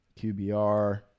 QBR